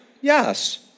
Yes